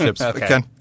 Okay